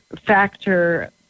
factor